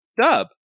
dub